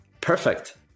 Perfect